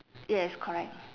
yes correct